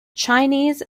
chinese